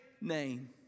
name